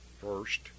first